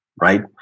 right